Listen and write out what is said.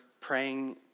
praying